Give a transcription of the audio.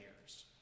years